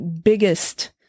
biggest